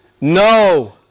No